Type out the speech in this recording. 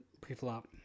pre-flop